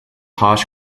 harsh